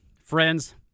friends